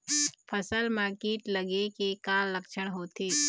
फसल म कीट लगे के का लक्षण होथे?